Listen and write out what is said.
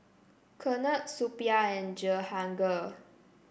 Ketna Suppiah and Jehangirr